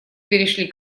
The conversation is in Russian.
перешли